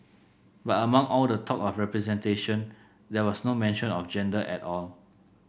but among all the talk of representation there was no mention of gender at all